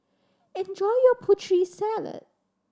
enjoy your Putri Salad